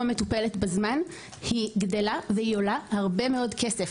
מטופלת בזמן היא גדלה והיא עולה הרבה מאוד כסף,